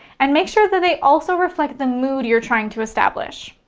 and make sure that they also reflect the mood you're trying to establish.